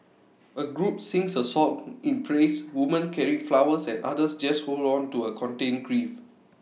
A group sings A song in praise women carry flowers and others just hold on to A contained grief